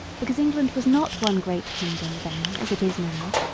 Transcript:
because england was not one great kingdom then as it is now,